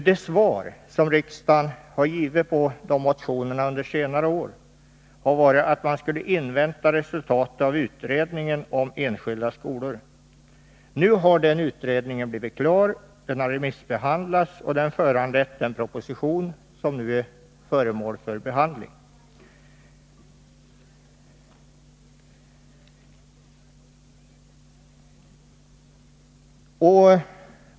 Det svar som riksdagen har givit på de motionerna under senare år har varit att man skulle invänta resultatet av utredningen om enskilda skolor. Nu har den utredningen blivit klar. Den har remissbehandlats, och den har föranlett den proposition som nu är föremål för behandling.